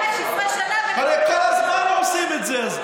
הרי כל הזמן עושים את זה,